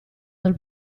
dal